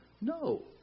No